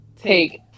take